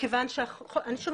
שוב,